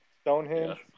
Stonehenge